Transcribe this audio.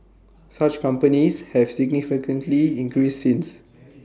such companies have significantly increased since